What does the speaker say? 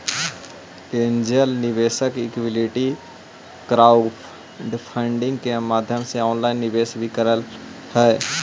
angel निवेशक equity crowdfunding के माध्यम से ऑनलाइन निवेश भी करऽ हइ